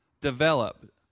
Develop